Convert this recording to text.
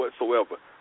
whatsoever